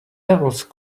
else